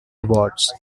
awards